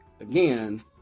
again